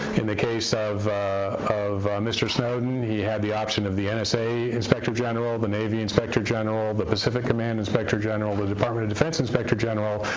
in the case of of mr. snowden, he had the option of the and nsa inspector general, the navy inspector general, the pacific command inspector general, the department of defense inspector general,